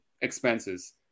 expenses